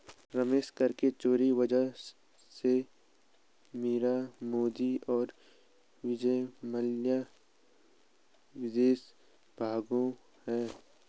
रमेश कर के चोरी वजह से मीरा मोदी और विजय माल्या विदेश भागें हैं